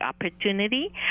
Opportunity